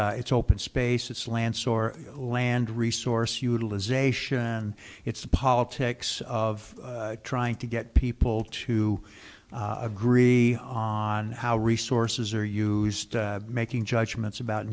it's it's open space it's lance or land resource utilization it's the politics of trying to get people to agree on how resources are used to making judgments about